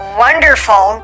wonderful